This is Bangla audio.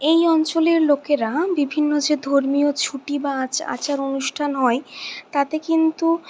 এই অঞ্চলের লোকেরা বিভিন্ন যে ধর্মীয় ছুটি বা আচার অনুষ্ঠান হয় তাতে কিন্তু